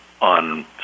on